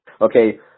Okay